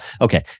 Okay